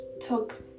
took